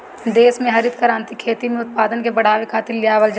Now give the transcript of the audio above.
देस में हरित क्रांति खेती में उत्पादन के बढ़ावे खातिर लियावल गईल रहे